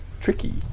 Tricky